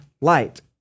light